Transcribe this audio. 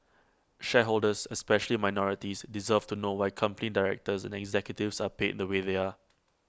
shareholders especially minorities deserve to know why company directors and executives are paid the way they are